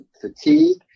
fatigue